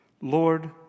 Lord